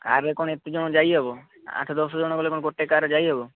କାର୍ରେ କ'ଣ ଏତେ ଜଣ ଯାଇହେବ ଆଠ ଦଶ ଜଣ ଗଲେ କ'ଣ ଗୋଟେ କାର୍ରେ ଯାଇ ହେବ